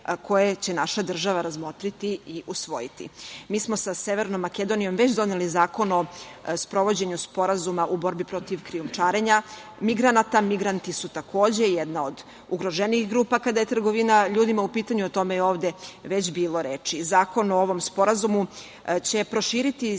koje će naša država razmotriti i usvojiti. Mi smo sa Severnom Makedonijom već doneli zakon o sprovođenju Sporazuma u borbi protiv krijumčarenja migranata. Migranti su takođe jedan od ugroženijih grupa kada je trgovina ljudima u pitanju, a o tome je već ovde bilo reči. Zakon o ovom sporazumu će proširiti